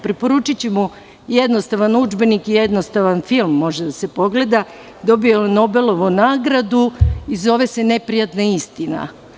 Preporučićemo jednostavan udžbenik i jednostavan film može da se pogleda, dobio je Nobelovu nagradu i zove se „Neprijatna istina“